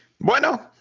Bueno